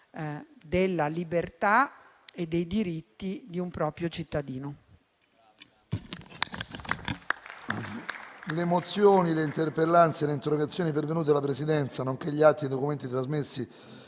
della libertà e dei diritti di un proprio cittadino.